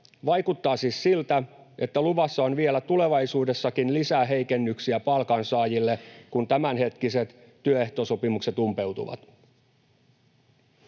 Vaikuttaa siis siltä, että vielä tulevaisuudessakin on luvassa lisää heikennyksiä palkansaajille, kun tämänhetkiset työsopimukset umpeutuvat.